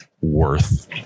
worth